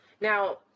Now